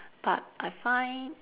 but I find